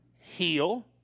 heal